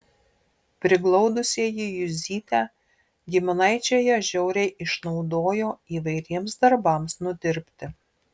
priglaudusieji juzytę giminaičiai ją žiauriai išnaudojo įvairiems darbams nudirbti